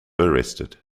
arrested